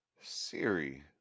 Siri